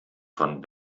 von